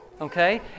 okay